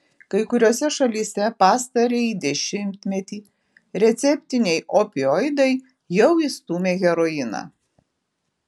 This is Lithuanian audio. kai kuriose šalyse pastarąjį dešimtmetį receptiniai opioidai jau išstūmė heroiną